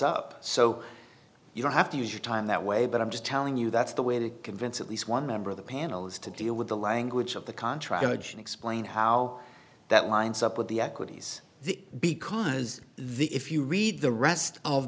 up so you don't have to use your time that way but i'm just telling you that's the way to convince at least one member of the panel is to deal with the language of the contract explain how that lines up with the equities the because the if you read the rest of